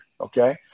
Okay